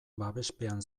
babespean